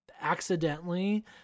accidentally